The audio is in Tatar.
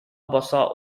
баса